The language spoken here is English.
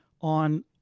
on